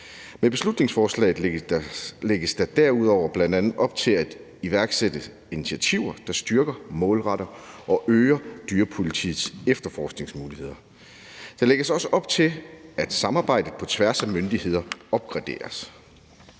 Med beslutningsforslaget lægges der derudover bl.a. op til at iværksætte initiativer, der styrker, målretter og øger dyrepolitiets efterforskningsmuligheder. Der lægges også op til, at samarbejdet på tværs af myndigheder opgraderes.